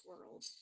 world